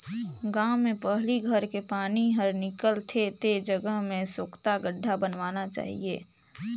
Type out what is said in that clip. गांव में पहली घर के पानी हर निकल थे ते जगह में सोख्ता गड्ढ़ा बनवाना चाहिए